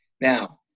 Now